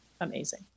amazing